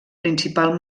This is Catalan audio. principal